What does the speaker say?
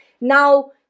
Now